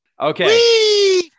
okay